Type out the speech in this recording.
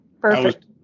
perfect